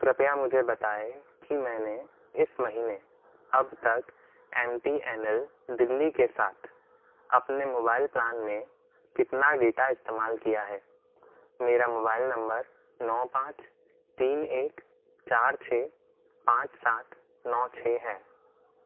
कृपया मुझे बताएँ कि मैंने इस महीने अब तक M T N L Delhi के साथ अपने मोबाइल प्लान में कितना डेटा इस्तेमाल किया है मेरा मोबाइल नम्बर नौ पाँच तीन एक चार छः पाँच सात नौ छः है